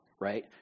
Right